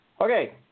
Okay